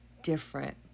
different